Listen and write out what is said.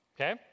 Okay